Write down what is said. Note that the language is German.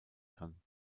kann